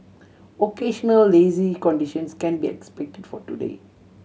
occasional lazy conditions can be expected for today